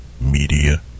Media